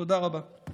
תודה רבה.